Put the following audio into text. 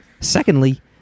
Secondly